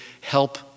help